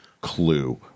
clue